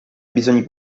bisogni